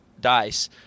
dice